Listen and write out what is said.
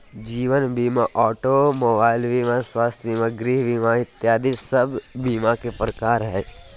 जीवन बीमा, automobile बीमा, स्वास्थ्य बीमा, गृह बीमा इत्यादि सब बीमा के प्रकार हय